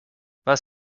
was